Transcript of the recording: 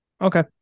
okay